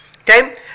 Okay